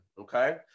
okay